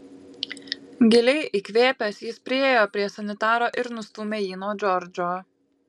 giliai įkvėpęs jis priėjo prie sanitaro ir nustūmė jį nuo džordžo